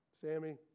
Sammy